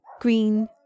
green